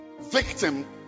victim